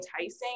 enticing